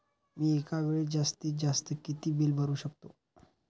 मी एका वेळेस जास्तीत जास्त किती बिल भरू शकतो?